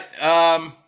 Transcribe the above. right